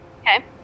Okay